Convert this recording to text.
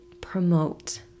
promote